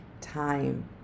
time